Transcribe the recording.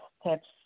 steps